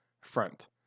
front